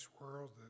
world